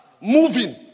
moving